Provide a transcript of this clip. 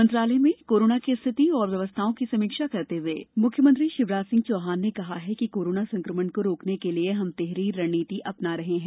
मंत्रालय में कोरोना की स्थिति एवं व्यवस्थाओं की समीक्षा करते हुए मुख्यमंत्री शिवराज सिंह चौहान ने कहा कि प्रदेश में कोरोना संक्रमण से निपटने के लिए हम तिहरी रणनीति अपना रहे हैं